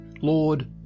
Lord